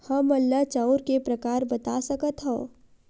हमन ला चांउर के प्रकार बता सकत हव?